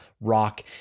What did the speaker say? rock